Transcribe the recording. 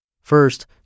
First